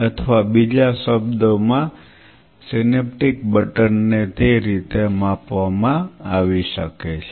અથવા બીજા શબ્દોમાં સિનેપ્ટિક બટન ને તે રીતે માપવામાં આવી શકે છે